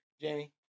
Jamie